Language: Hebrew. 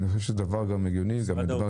אני חושב שזה דבר הגיוני ואנושי.